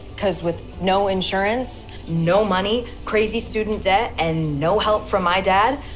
cause with no insurance, no money, crazy student debt and no help from my dad,